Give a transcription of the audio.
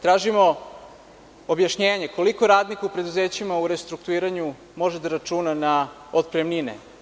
Tražimo objašnjenje koliko radnika u preduzećima u restrukturiranju može da računa na otpremnine?